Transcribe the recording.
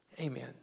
Amen